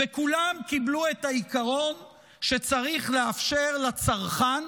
וכולם קיבלו את העיקרון שצריך לאפשר לצרכן